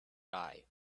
die